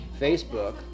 Facebook